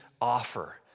offer